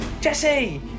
Jesse